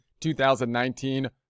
2019